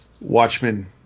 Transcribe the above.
Watchmen